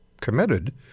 committed